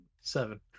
Seven